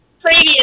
previous